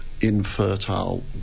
infertile